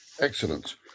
Excellent